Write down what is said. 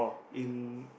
in